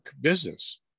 business